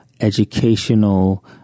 educational